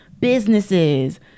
businesses